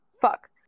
fuck